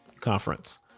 conference